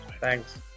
thanks